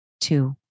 Two